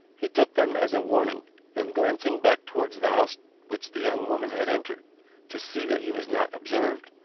he took them as a warning and, glancing back towards the house which the young woman had entered to see that he was not observed,